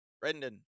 Brendan